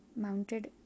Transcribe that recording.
mounted